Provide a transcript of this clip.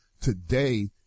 today